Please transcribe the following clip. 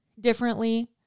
differently